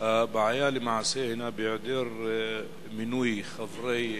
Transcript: הבעיה למעשה הינה בהיעדר מינוי חברי מועצה,